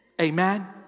Amen